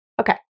Okay